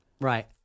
Right